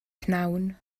pnawn